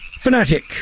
Fanatic